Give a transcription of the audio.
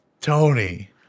Tony